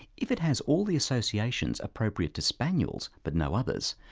if it has all the associations appropriate to spaniels but no others,